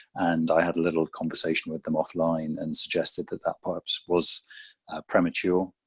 and i had a little conversation with them offline and suggested that that perhaps was premature.